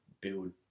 build